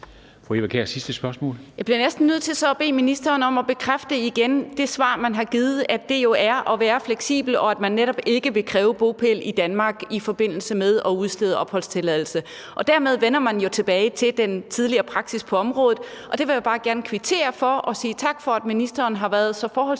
næsten nødt til så at bede ministeren om igen at bekræfte det svar, man har givet – at det jo er at være fleksibel, og at man netop ikke vil kræve bopæl i Danmark i forbindelse med at udstede opholdstilladelse. Dermed vender man jo tilbage til den tidligere praksis på området, og det vil jeg bare gerne kvittere for. Og jeg vil sige tak for, at ministeren har været så forholdsvis